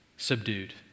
Subdued